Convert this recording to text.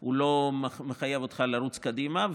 הוא לא מחייב אותך לרוץ קדימה.